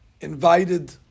invited